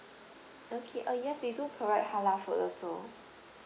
okay uh yes we do provide halal food also